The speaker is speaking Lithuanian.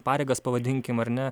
kaip pareigas pavadinkim ar ne